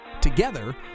Together